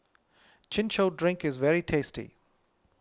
Chin Chow Drink is very tasty